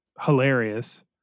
hilarious